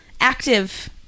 active